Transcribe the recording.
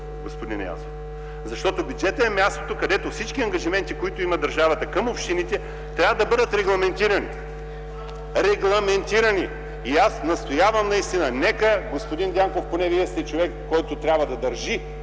Защото бюджетът е мястото където всички ангажименти, които има държавата към общините, трябва да бъдат регламентирани. И аз настоявам, господин Дянков, поне Вие поне сте човек, който трябва да държи